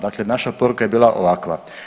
Dakle, naša poruka je bila ovakva.